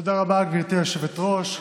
תודה רבה, גברתי היושבת-ראש.